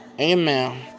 amen